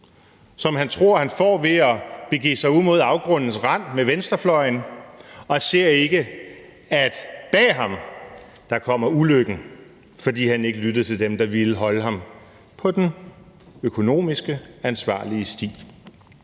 som han tror han opnår ved at begive sig ud mod afgrundens rand med venstrefløjen, og han ser ikke, at bag ham kommer ulykken, fordi han ikke lyttede til dem, der ville holde ham på den økonomisk ansvarlige sti.